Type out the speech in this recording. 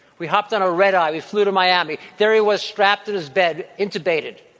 we hopped on a red eye. we flew to miami. there he was strapped in his bed, intubated.